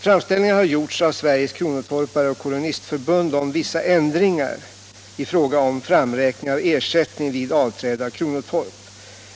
Framställningar har gjorts av Sveriges kronotorpareoch kolonistförbund om vissa ändringar i fråga om framräkningen av ersättning vid avträde av kronotorp.